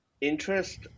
interest